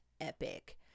epic